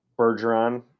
Bergeron